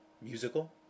musical